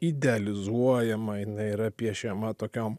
idealizuojama jinai yra piešiama tokiom